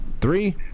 Three